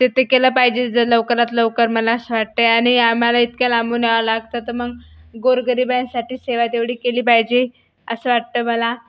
तर ते केलं पाहिजे जर लवकरात लवकर मला असं वाटतं आहे आणि आम्हाला इतक्या लांबून यावं लागतं तर मग गोर गरिबांसाठी सेवा तेवढी केली पाहिजे असं वाटतं मला